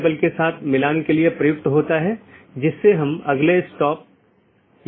यह विज्ञापन द्वारा किया जाता है या EBGP वेपर को भेजने के लिए राउटिंग विज्ञापन बनाने में करता है